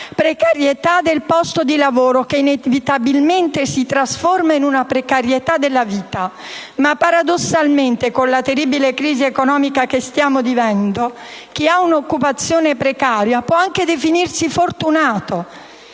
precarietà del posto di lavoro che inevitabilmente si trasforma in precarietà della vita. Ma, paradossalmente, con la terribile crisi economica che stiamo vivendo, chi ha un'occupazione precaria può anche definirsi fortunato